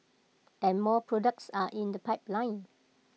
and more products are in the pipeline